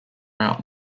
out